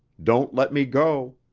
don't let me go.